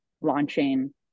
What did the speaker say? launching